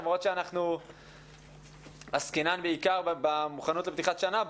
למרות שאנחנו עוסקים בעיקר במוכנות לפתיחת השנה,